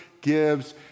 gives